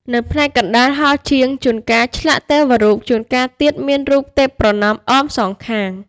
នៅផ្នែកកណ្តាលហោជាង ជួនកាលឆ្លាក់ទេវរូប ជួនកាលទៀតមានរូបទេពប្រណម្យអមសងខាង។